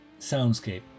Soundscape